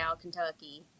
Kentucky